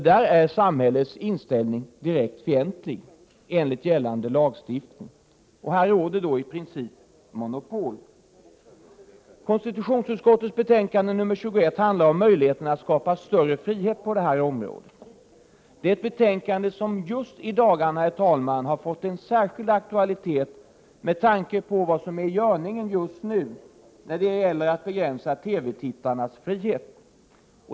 Där är samhällets inställning direkt fientlig, enligt gällande lagstiftning. Här råder i princip monopol. Konstitutionsutskottets betänkande 21 handlar om möjligheterna att skapa större frihet på detta område. Detta betänkande har just i dagarna fått en särskild aktualitet, med tanke på vad som nu är i görningen när det gäller att begränsa TV-tittarnas frihet.